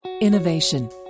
innovation